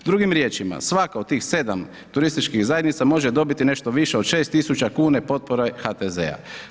Drugim riječima, svaka od tih 7 turističkih zajednica može dobiti nešto više od 6000 kuna potpora HTZ-a.